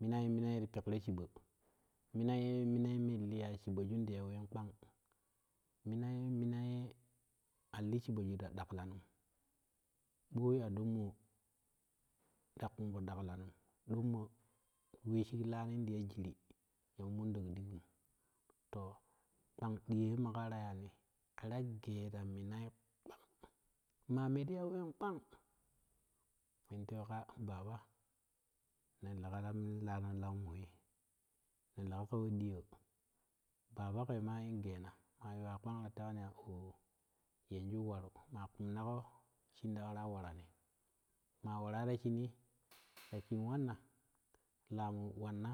Minai minai ye ti pigro shibbo minai mina ye min liya shibbobu in di ya ween kpang minai minai ali shibbo ju ta daklanim boi aɗoo moo ta kunpi daklanum doo wee shig laanim taya jirim ya moo monɗok digum to kpang ɗiyo yeketa yaani keta gee ta mina kpang maa me ti ya ween kpang ken twei ka baba ta lano lano la monye nen lega ta wo ɗiyoo bbabngo maa in geena maa yuuwa kpank ta yewani ya oo yenju waru maa kumna goo shinda dara warani maa waraa ti shinii yashin wanna laamu wanna